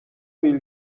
بیل